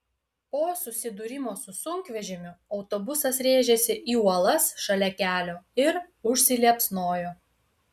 po susidūrimo su sunkvežimiu autobusas rėžėsi į uolas šalia kelio ir užsiliepsnojo